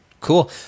Cool